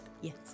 Yes